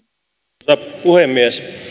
arvoisa puhemies